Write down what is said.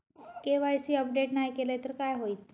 KYC update नाय केलय तर काय होईत?